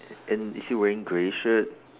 and is he wearing grey shirt